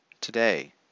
today